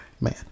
Man